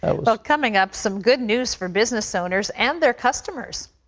well, coming up, some good news for business owners and their customers.